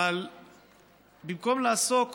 אבל במקום לעסוק